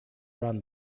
run